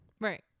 right